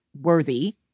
worthy